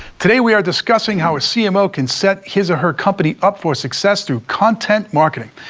today, we are discussing how a cmo can set his or her company up for success through content marketing.